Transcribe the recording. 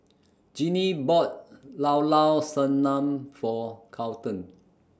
Jinnie bought Llao Llao Sanum For Carlton